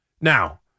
Now